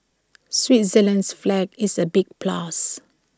Switzerland's flag is A big plus